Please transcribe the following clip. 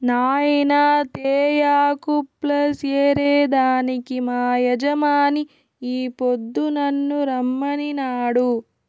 నాయినా తేయాకు ప్లస్ ఏరే దానికి మా యజమాని ఈ పొద్దు నన్ను రమ్మనినాడు